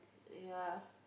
yea